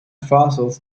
fossils